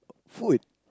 food